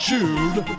Jude